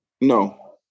No